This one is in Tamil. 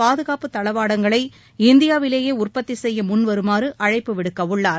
பாதுகாப்பு தளவாடங்களை இந்தியாவிலேயே உற்பத்தி செய்ய முன்வருமாறு அழைப்பு விடுக்கவுள்ளார்